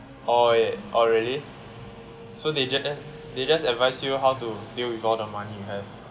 orh ya orh really so they j~ they just advise you how to deal with all the money you have